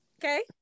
Okay